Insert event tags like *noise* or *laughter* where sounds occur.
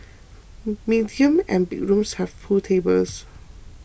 *hesitation* medium and big rooms have pool tables